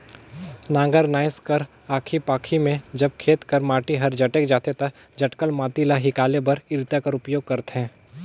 नांगर नाएस कर आखी पाखी मे जब खेत कर माटी हर जटेक जाथे ता जटकल माटी ल हिकाले बर इरता कर उपियोग करथे